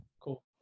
Cool